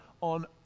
on